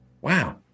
wow